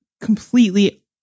completely